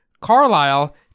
Carlisle